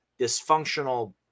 dysfunctional